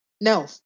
No